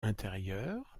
intérieur